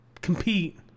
compete